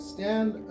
Stand